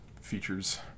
features